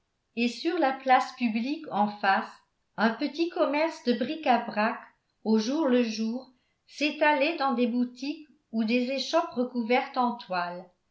et sur la place publique en face un petit commerce de bric-à-brac au jour le jour s'étalait dans des boutiques ou des échoppes recouvertes en toile